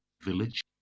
village